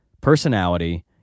personality